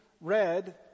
read